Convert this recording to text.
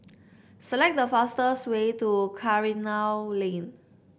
select the fastest way to Karikal Lane